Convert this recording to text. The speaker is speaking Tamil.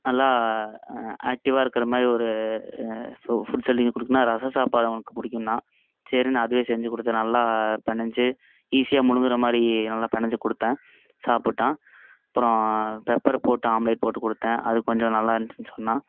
நல்லா ஆக்ட்டிவாக இருக்கிற மாதிரி ஒரு ஃபோ ஃபுட் செஞ்சு கொடுக்குனா ரசம் சாப்பாடு அவனுக்கு பிடிக்குன்னா சரின்னு அதுவே செஞ்சுக் கொடுத்தேன் நல்லா பினஞ்சி ஈஸியாக முழுங்குற மாதிரி நல்லா பினஞ்சி கொடுத்தேன் சாப்பிட்டான் அப்புறம் பெப்பரை போட்டு ஆம்லெட் போட்டு கொடுத்தேன் அது கொஞ்சம் நல்லா இந்துச்சின் சொன்னா